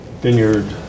vineyard